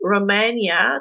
Romania